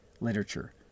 literature